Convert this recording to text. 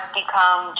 become